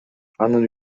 анын